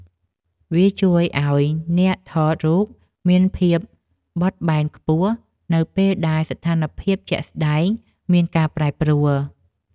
វាជួយឱ្យអ្នកថតរូបមានភាពបត់បែនខ្ពស់ នៅពេលដែលស្ថានភាពជាក់ស្ដែងមានការប្រែប្រួល។